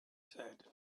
said